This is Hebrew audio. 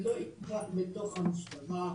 לא הגיעה לתוך המשטרה.